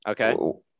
Okay